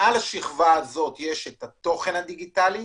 מעל השכבה הזו יש את התוכן הדיגיטלי,